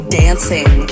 dancing